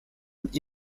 und